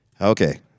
Okay